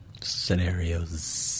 Scenarios